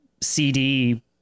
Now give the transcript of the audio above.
CD